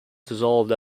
dissolved